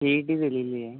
C E T दिलेली आहे